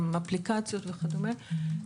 גם אפליקציות וכדומה,